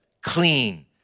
clean